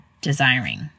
desiring